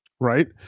right